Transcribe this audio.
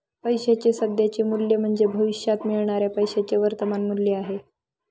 पैशाचे सध्याचे मूल्य म्हणजे भविष्यात मिळणाऱ्या पैशाचे वर्तमान मूल्य आहे